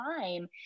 time